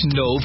no